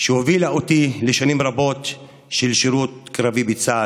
שהובילה אותי לשנים רבות של שירות קרבי בצה"ל.